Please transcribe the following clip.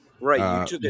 Right